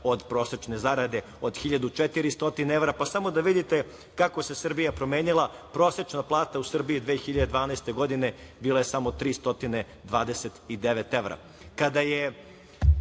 od prosečne zarade od 1.400 evra. Samo da vidite kako se Srbija promenila, prosečna plata u Srbiji 2012. godini bila je samo 329 evra. Kada